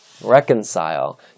reconcile